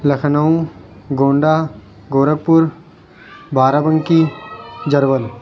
Lucknow Gonda Gorakhpur Barabanki Jarwal